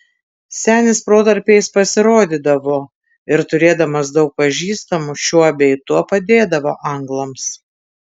senis protarpiais pasirodydavo ir turėdamas daug pažįstamų šiuo bei tuo padėdavo anglams